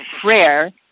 prayer